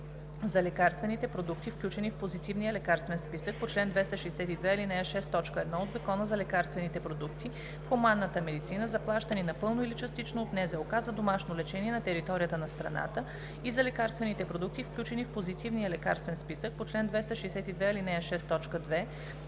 за лекарствените продукти, включени в Позитивния лекарствен списък по чл. 262, ал. 6, т. 1 от Закона за лекарствените продукти в хуманната медицина, заплащани напълно или частично от НЗОК за домашно лечение на територията на страната, и за лекарствените продукти, включени в Позитивния лекарствен списък по чл. 262,